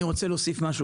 אני רוצה להוסיף משהו,